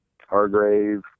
Hargrave